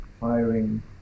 hiring